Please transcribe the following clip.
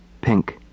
pink